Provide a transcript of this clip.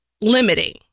limiting